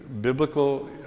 biblical